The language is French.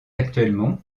actuellement